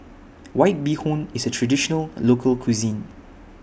White Bee Hoon IS A Traditional Local Cuisine